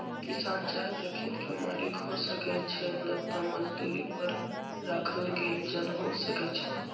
किसान चाहे त खेत के मालिक हो सकै छइ न त मजदुरी पर राखल गेल जन हो सकै छइ